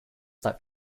that